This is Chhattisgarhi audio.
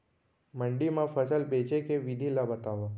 मंडी मा फसल बेचे के विधि ला बतावव?